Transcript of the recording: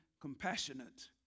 compassionate